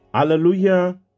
Hallelujah